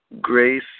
grace